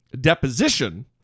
deposition